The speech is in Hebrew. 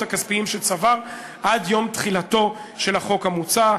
הכספיים שצבר עד יום תחילתו של החוק המוצע.